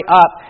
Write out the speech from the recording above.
up